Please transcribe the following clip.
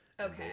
Okay